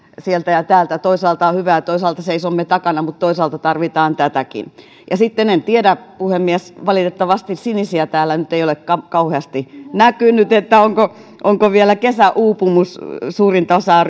sieltä ja täältä toisaalta on hyvä ja seisomme takana mutta toisaalta tarvitaan tätäkin ja sitten puhemies valitettavasti sinisiä täällä nyt ei ole kauheasti näkynyt ja en tiedä vaivaako vielä kesäuupumus suurinta osaa